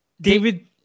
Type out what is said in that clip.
David